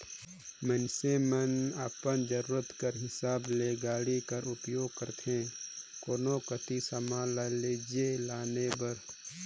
मइनसे मन अपन जरूरत कर हिसाब ले गाड़ी कर उपियोग करथे कोनो कती समान ल लेइजे लाने बर